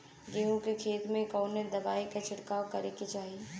गेहूँ के खेत मे कवने दवाई क छिड़काव करे के चाही?